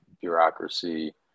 bureaucracy